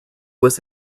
was